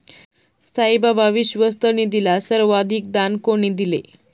साईबाबा विश्वस्त निधीला सर्वाधिक दान कोणी दिले?